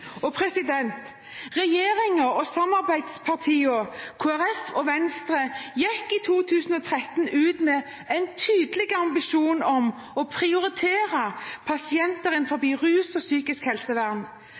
og samarbeidspartiene Kristelig Folkeparti og Venstre gikk i 2013 ut med en tydelig ambisjon om å prioritere pasienter